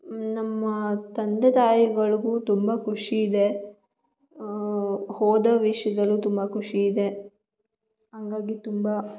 ನಮ್ಮ ತಂದೆ ತಾಯಿಗಳಿಗೂ ತುಂಬ ಖುಷಿ ಇದೆ ಓದೋ ವಿಷಯದಲ್ಲೂ ತುಂಬ ಖುಷಿ ಇದೆ ಹಂಗಾಗಿ ತುಂಬ